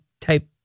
type